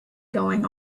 going